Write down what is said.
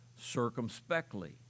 Circumspectly